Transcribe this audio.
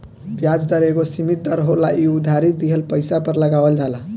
ब्याज दर एगो सीमित दर होला इ उधारी दिहल पइसा पर लगावल जाला